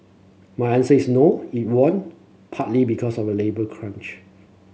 my answer is no it won't partly because of the labour crunch